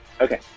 Okay